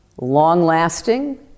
long-lasting